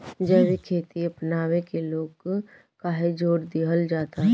जैविक खेती अपनावे के लोग काहे जोड़ दिहल जाता?